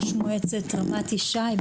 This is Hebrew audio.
ראש מועצת רמת ישי,